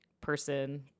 person